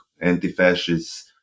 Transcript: anti-fascist